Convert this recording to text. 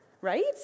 right